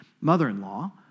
mother-in-law